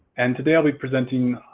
and today i'll be presenting